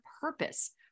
purpose